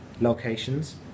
locations